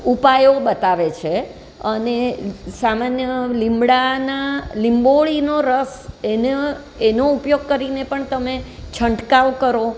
ઉપાયો બતાવે છે અને સામાન્ય લીમડાના લીંબોળીનો રસ એનો ઉપયોગ કરીને પણ તમે છંટકાવ કરો